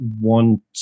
want